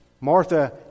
Martha